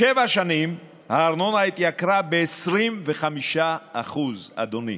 בשבע שנים הארנונה התייקרה ב-25%, אדוני,